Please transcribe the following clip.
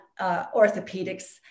orthopedics